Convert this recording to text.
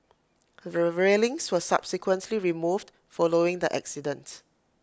the railings were subsequently removed following the accident